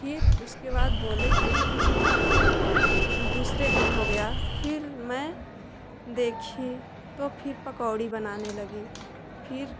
फिर उसके बाद बोले कि दूसरे दिन हो गया फिर मैं देखी तो फिर पकौड़ी बनाने लगी फिर